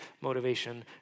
motivation